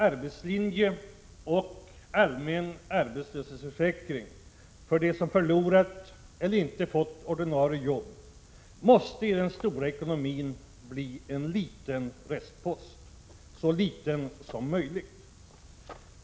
Arbetslinjen och allmän arbetslöshetsförsäkring för dem som förlorat eller inte fått ordinarie jobb måste i den stora ekonomin bli en liten restpost, så liten som möjligt.